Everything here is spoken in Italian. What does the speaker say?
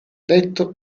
detto